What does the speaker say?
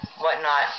whatnot